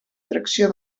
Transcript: tracció